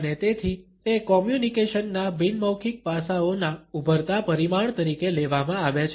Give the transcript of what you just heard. અને તેથી તે કોમ્યુનકેશનના બિન મૌખિક પાસાઓના ઉભરતા પરિમાણ તરીકે લેવામાં આવે છે